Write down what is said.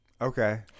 Okay